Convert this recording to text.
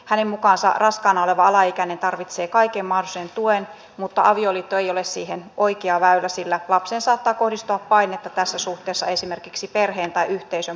hänen mukaansa raskaana oleva alaikäinen tarvitsee kaiken mahdollisen tuen mutta avioliitto ei ole siihen oikea väylä sillä lapseen saattaa kohdistua painetta tässä suhteessa esimerkiksi perheen tai yhteisön puolelta